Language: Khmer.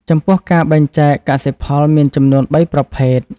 ចំពោះការបែងចែកកសិផលមានចំនួនបីប្រភេទ។